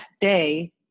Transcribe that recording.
day